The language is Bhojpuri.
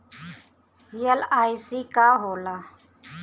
एल.आई.सी का होला?